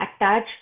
attach